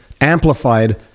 amplified